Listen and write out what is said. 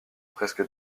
presque